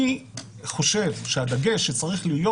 אני חושב שהדגש שצריך להיות